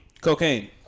Cocaine